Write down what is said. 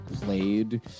played